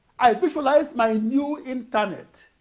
i visualized my new internet